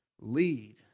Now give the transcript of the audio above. lead